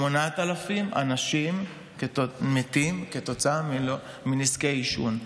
8,000 אנשים מתים כתוצאה מנזקי עישון.